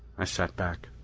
i sat back.